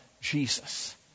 Jesus